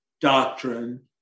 doctrine